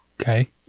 Okay